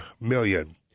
million